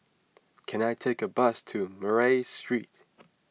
can I take a bus to Murray Street